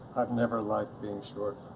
i've never liked being short.